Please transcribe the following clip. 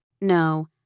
No